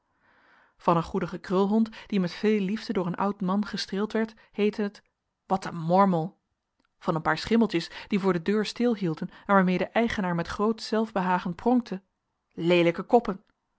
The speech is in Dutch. van een goedigen krulhond die met veel liefde door een oud man gestreeld werd heette het wat een mormel van een paar schimmeltjes die voor de deur stilhielden en waarmee de eigenaar met groot zelfbehagen pronkte leelijke koppen